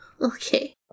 Okay